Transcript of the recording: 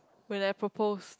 when I propose